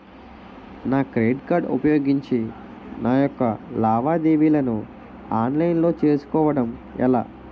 నా credit card ఉపయోగించి నా యెక్క లావాదేవీలను ఆన్లైన్ లో చేసుకోవడం ఎలా?